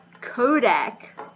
Kodak